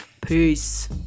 peace